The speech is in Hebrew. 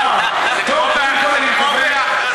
חבר הכנסת מרגלית,